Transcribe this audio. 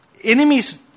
Enemies